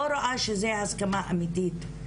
לא רואה שזאת הסכמה אמיתית,